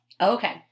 okay